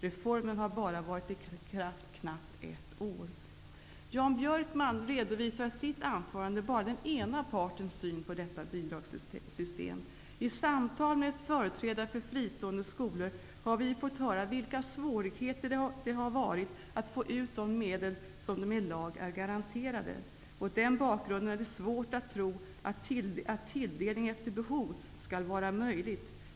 Reformen har varit i kraft i bara knappt ett år. Jan Björkman redovisade i sitt anförande bara den ena partens syn på detta bidragssystem. I samtal med företrädare för fristående skolor har vi fått höra vilka svårigheter de haft att få ut de medel som de i lag är garanterade. Mot den bakgrunden är det svårt att tro att tilldelning efter behov skulle vara möjlig.